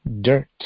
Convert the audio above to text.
dirt